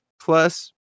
Plus